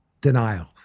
Denial